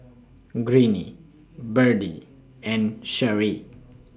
Greene Birdie and Sheri